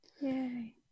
Yay